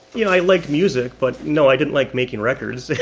you know, i liked music. but no, i didn't like making records,